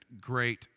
great